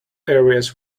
areas